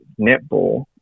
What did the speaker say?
netball